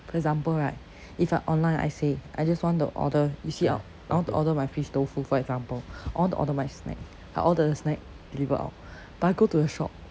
for example right if I online I say I just want to order you see I I want to order my fish tofu for example I want to order my snack like all the snack deliver out but I go to the shop